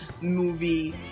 movie